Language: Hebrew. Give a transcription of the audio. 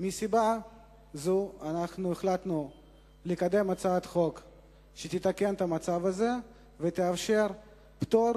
מסיבה זו החלטנו לקדם הצעת חוק שתתקן את המצב הזה ותאפשר פטור